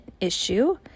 issue